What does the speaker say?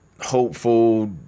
hopeful